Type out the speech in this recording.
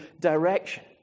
direction